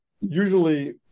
usually